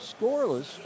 scoreless